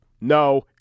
No